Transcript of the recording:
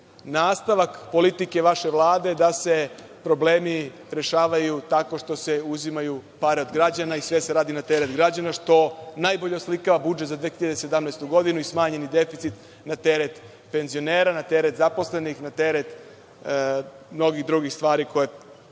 nastavak politike vaše Vlade da se problemi rešavaju tako što se uzimaju pare od građana i sve se radi na teret građana, što najbolje oslikava budžet za 2017. godinu i smanjeni deficit na teret penzionera, na teret zaposlenih, na teret mnogih drugih stvari koje